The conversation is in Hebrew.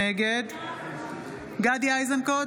נגד גדי איזנקוט,